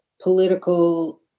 political